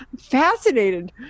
fascinated